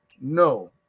No